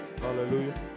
Hallelujah